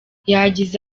yagize